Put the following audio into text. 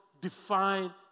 define